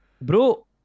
Bro